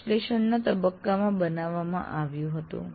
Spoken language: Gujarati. આ વિશ્લેષણના તબક્કામાં બનાવવામાં આવ્યું હતું